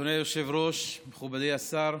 אדוני היושב-ראש, מכובדי השר,